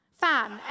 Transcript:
Fan